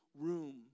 room